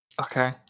Okay